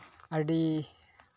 ᱟᱹᱰᱤ